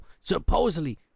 supposedly